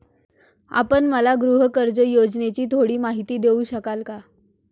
आपण मला गृहकर्ज योजनेची थोडी माहिती देऊ शकाल का?